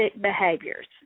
behaviors